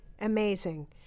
amazing